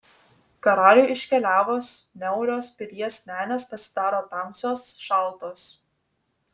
karaliui iškeliavus niaurios pilies menės pasidaro tamsios šaltos